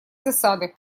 засады